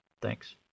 thanks